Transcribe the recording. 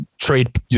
trade